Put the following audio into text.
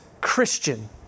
Christian